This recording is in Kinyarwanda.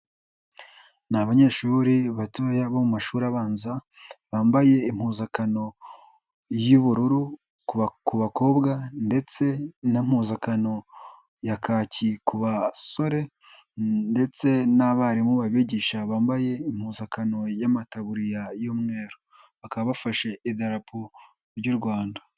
Ni abanyeshuri batoya bo mu mashuri abanza, bambaye impuzankano y'ubururu ku bakobwa ndetse na mpuzakano ya kaki ku basore ndetse n'abarimu babigisha bambaye impuzankano y'amataburiya y'umweru. Bakaba bafashe idarapo ry'u Rwanda.